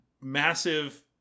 massive